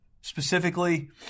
specifically